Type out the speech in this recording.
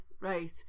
right